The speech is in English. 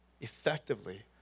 effectively